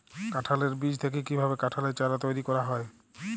কাঁঠালের বীজ থেকে কীভাবে কাঁঠালের চারা তৈরি করা হয়?